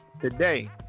Today